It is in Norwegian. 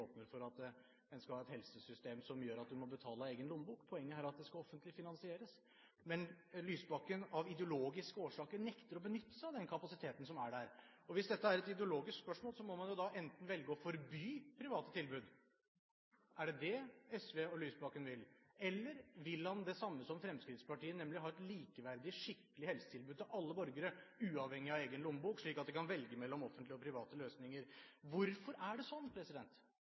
åpner for at man skal ha et helsesystem som gjør at man må betale av egen lommebok. Poenget er at det skal bli offentlig finansiert. Men av ideologiske årsaker nekter Lysbakken å benytte seg av den kapasiteten som er der. Hvis dette er et ideologisk spørsmål, må man velge å forby private tilbud – er det det SV og Lysbakken vil? Eller vil de det samme som Fremskrittspartiet, nemlig å ha et likeverdig, skikkelig helsetilbud til alle borgere, uavhengig av egen lommebok, slik at man kan velge mellom offentlige og private løsninger? Hvorfor er det sånn